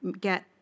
get